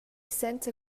senza